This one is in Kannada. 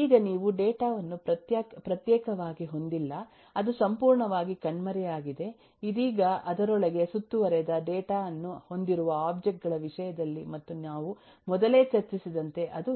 ಈಗ ನೀವು ಡೇಟಾ ವನ್ನು ಪ್ರತ್ಯೇಕವಾಗಿ ಹೊಂದಿಲ್ಲ ಅದು ಸಂಪೂರ್ಣವಾಗಿ ಕಣ್ಮರೆಯಾಗಿದೆ ಇದೀಗ ಅದರೊಳಗೆ ಸುತ್ತುವರಿದ ಡೇಟಾ ಅನ್ನು ಹೊಂದಿರುವ ಒಬ್ಜೆಕ್ಟ್ ಗಳ ವಿಷಯದಲ್ಲಿ ಮತ್ತು ನಾವು ಮೊದಲೇ ಚರ್ಚಿಸಿದಂತೆ ಅದು